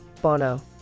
Bono